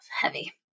heavy